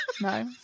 No